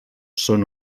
són